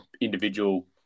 individual